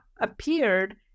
appeared